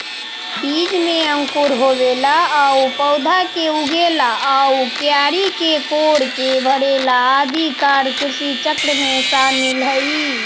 बीज में अंकुर होवेला आउ पौधा के उगेला आउ क्यारी के कोड़के भरेला आदि कार्य कृषिचक्र में शामिल हइ